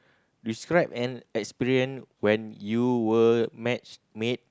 describe an experience when you were matchmade